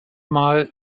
mal